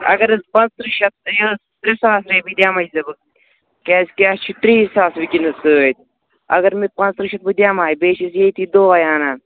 اگر حظ پانژھ تٕرٛہ شَتھ یہِ حظ ترٛےٚ ساس رۄپیہِ دِمَے ژےٚ بہٕ کیٛازِ کہِ اَسہِ چھِ ترٛے ساس وٕنۍکٮ۪نس سۭتۍ اگر مےٚ پانژھ تٕرٛہ شَتھ بہٕ دِمہَے بیٚیہِ چھِ أسۍ ییٚتی دۄہَے اَنان